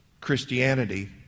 Christianity